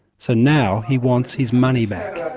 so now he wants his money back.